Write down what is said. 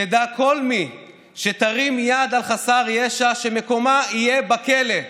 תדע כל מי שתרים יד על חסר ישע שמקומה יהיה בכלא.